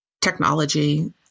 technology